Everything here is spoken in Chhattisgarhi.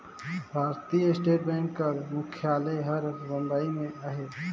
भारतीय स्टेट बेंक कर मुख्यालय हर बंबई में अहे